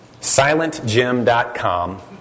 SilentJim.com